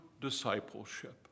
discipleship